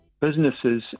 businesses